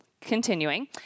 Continuing